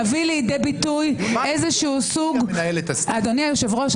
מביא לידי ביטוי איזשהו סוג ------ אדוני היושב-ראש,